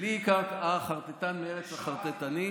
לי היא קראה "חרטטן מארץ החרטטנים",